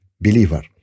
believer